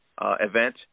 event